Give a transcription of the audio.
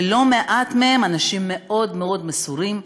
ולא מעט מהם אנשים מאוד מאוד מסורים,